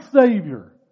Savior